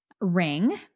ring